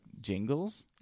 jingles